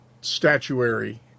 statuary